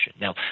Now